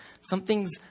Something's